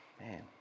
man